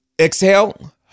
Exhale